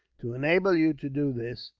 to enable you to do this,